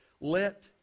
let